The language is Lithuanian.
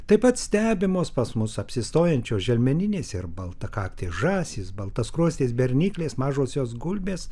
taip pat stebimos pas mus apsistojančios želmeninės ir baltakaktės žąsys baltaskruostės berniklės mažosios gulbės